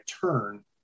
turn